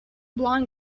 blonde